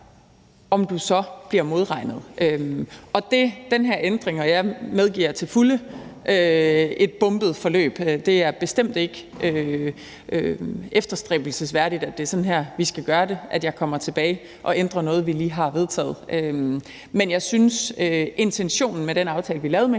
– så bliver modregnet. Jeg medgiver til fulde, at det har været et bombet forløb. Det er bestemt ikke efterstræbelsesværdigt, at det er sådan her, vi skal gøre det – at jeg kommer tilbage og ændrer noget, vi lige har vedtaget. Men jeg synes, at intentionen med den aftale, vi lavede med